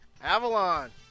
avalon